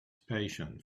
patient